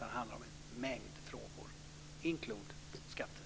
Det handlar om en mängd frågor inklusive skatter.